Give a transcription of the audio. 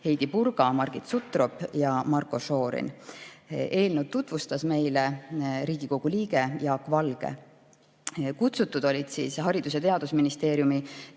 Heidy Purga, Margit Sutrop ja Marko Šorin. Eelnõu tutvustas meile Riigikogu liige Jaak Valge. Kutsutud olid Haridus- ja Teadusministeeriumi